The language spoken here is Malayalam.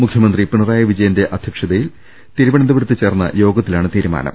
മുഖ്യമന്ത്രി പിണറായി വിജയന്റെ അധ്യക്ഷതയിൽ തിരുവനന്തപുരത്ത് ചേർന്ന യോഗത്തിലാണ് തീരുമാനം